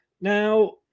Now